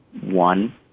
One